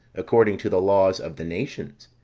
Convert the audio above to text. according to the laws of the nations